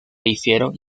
hicieron